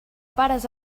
pares